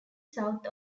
south